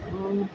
ଆଉ